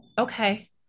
Okay